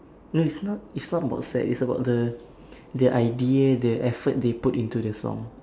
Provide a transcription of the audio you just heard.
no it's not it's not about sad it's about the their idea the effort they put into the song